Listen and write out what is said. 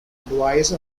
advice